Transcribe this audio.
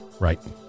Right